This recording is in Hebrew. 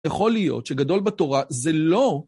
יכול להיות שגדול בתורה זה לא...